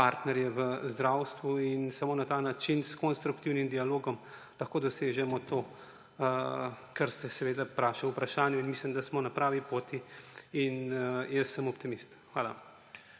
partnerje v zdravstvu. In samo na ta način, s konstruktivnim dialogom lahko dosežemo to, kar ste vprašali v vprašanju. Mislim, da smo na pravi poti, in jaz sem optimist. Hvala.